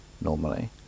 normally